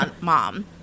mom